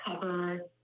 cover